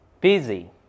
Busy